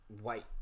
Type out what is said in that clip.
white